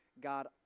God